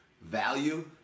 value